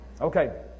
Okay